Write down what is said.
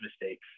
mistakes